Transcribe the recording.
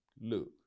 look